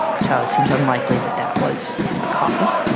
so it seems unlikely that that was the cause.